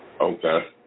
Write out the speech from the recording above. Okay